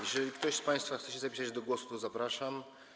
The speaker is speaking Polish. Jeżeli ktoś z państwa chce się zapisać do głosu, to zapraszam.